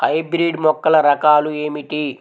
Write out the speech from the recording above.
Hybrid మొక్కల రకాలు ఏమిటి?